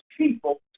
people